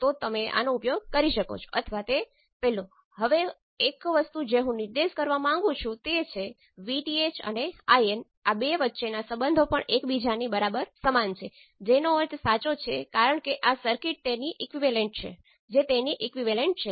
તેથી પ્રથમ ઇક્વેશન ઘટીને V1 બરાબર Z12 I2 થાય છે કારણ કે Z11 I1 એ 0 છે કારણ કે I1 એ 0 છે અને V2 એ Z22 I2 છે